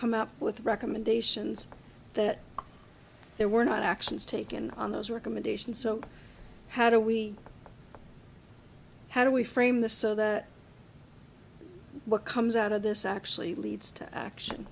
come up with recommendations that there were not actions taken on those recommendations so how do we how do we frame the so the what comes out of this actually leads to action